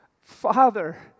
Father